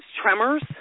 tremors